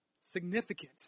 Significant